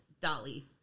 Dolly